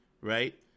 Right